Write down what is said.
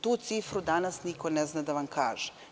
Tu cifru danas niko ne zna da vam kaže.